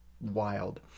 wild